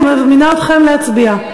אני מזמינה אתכם להצביע.